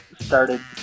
started